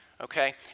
okay